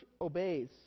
obeys